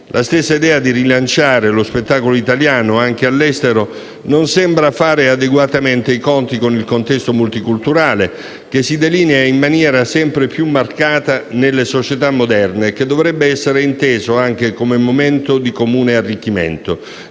La stessa idea di rilanciare lo spettacolo italiano anche all'estero non sembra fare adeguatamente i conti con il contesto multiculturale che si delinea in maniera sempre più marcata nelle società moderne e che dovrebbe essere inteso anche come momento di comune arricchimento,